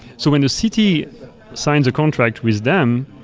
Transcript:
so when a city signs a contract with them,